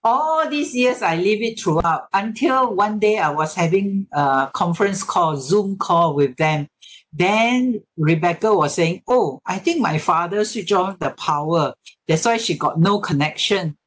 all these years I leave it throughout until one day I was having a conference call zoom call with them then rebecca was saying oh I think my father switch off the power that's why she got no connection